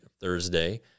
Thursday